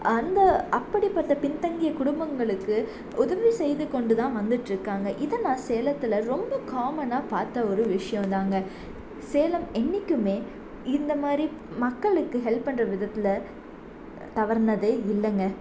அந்த அப்படிப்பட்ட பின்தங்கிய குடும்பங்களுக்கு உதவி செய்து கொண்டு தான் வந்திட்ருக்காங்க இதை நான் சேலத்தில் ரொம்ப காமனாக பார்த்த ஒரு விஷயோந்தாங்க சேலம் என்றைக்குமே இந்தமாதிரி மக்களுக்கு ஹெல்ப் பண்ணுற விதத்தில் தவறினதே இல்லைங்க